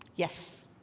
Yes